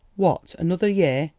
what, another year?